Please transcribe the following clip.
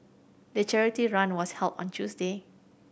the charity run was held on Tuesday